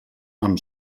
amb